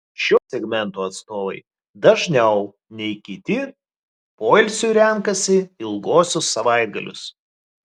šio segmento atstovai dažniau nei kiti poilsiui renkasi ilguosius savaitgalius